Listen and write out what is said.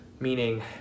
Meaning